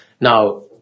Now